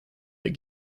that